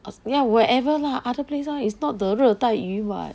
ya wherever lah other place right is not the 热带鱼 [what]